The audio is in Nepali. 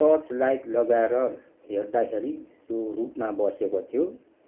टर्च लाइट लगाएर हेर्दाखेरि रुखमा बसेको थियो